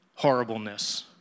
horribleness